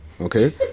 Okay